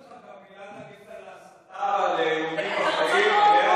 יש לך גם מילה להגיד על ההסתה ועל האיומים על החיים,